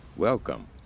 Welcome